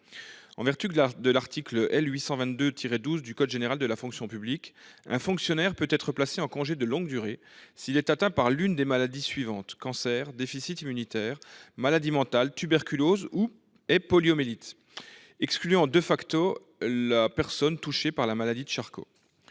En vertu de l'article L. 822-12 du code général de la fonction publique, un fonctionnaire peut être placé en congé de longue durée s'il est atteint par l'une des maladies suivantes : cancer, déficit immunitaire, maladie mentale, tuberculose et poliomyélite. Cela exclut la personne touchée par la maladie de Charcot.